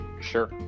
sure